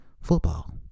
football